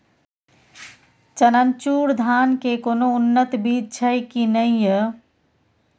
चननचूर धान के कोनो उन्नत बीज छै कि नय?